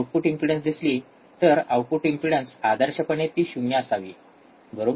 म्हणून जर तुम्हाला पुन्हा आउटपुट इम्पेडन्स दिसली तर आउटपुट इम्पेडन्स आदर्शपणे ती शून्य ० असावी बरोबर